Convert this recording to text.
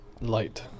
Light